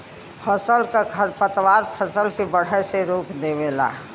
फसल क खरपतवार फसल के बढ़े से रोक देवेला